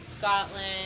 Scotland